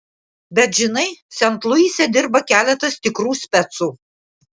bet žinai sent luise dirba keletas tikrų specų